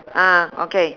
ah okay